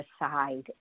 aside